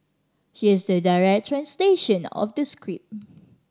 here's the direct translation of the script